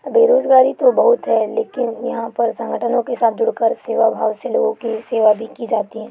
बेरोजगारी तो बहुत है लेकिन यहाँ पर संगठनों के साथ जुड़कर सेवाभाव से लोगों की सेवा भी की जाती हैं